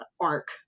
arc